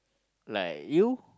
like you